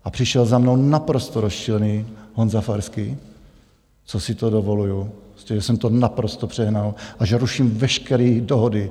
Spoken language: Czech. A přišel za mnou naprosto rozčilený Honza Farský, co si to dovoluji, že jsem to naprosto přehnal a že ruším veškeré dohody.